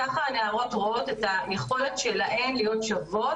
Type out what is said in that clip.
ככה הנערות רואות את היכולת שלהן להיות שוות,